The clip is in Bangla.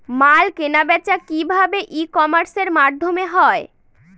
মাল কেনাবেচা কি ভাবে ই কমার্সের মাধ্যমে হয়?